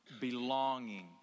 belonging